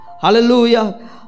Hallelujah